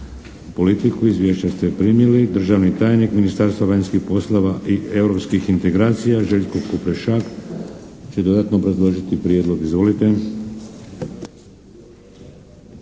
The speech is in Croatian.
politiku. Izvješća ste primili. Državni tajnik Ministarstva vanjskih poslova i europskih integracija Željko Kupešak će dodatno obrazložiti prijedlog. Izvolite.